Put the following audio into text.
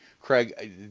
Craig